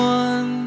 one